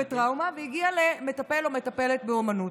אז תודה לך, תודה לקרן, תודה לאמילי.